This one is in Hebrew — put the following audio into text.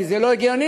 כי זה לא הגיוני,